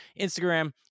Instagram